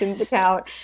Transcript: account